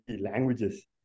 languages